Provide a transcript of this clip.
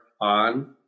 on